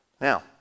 Now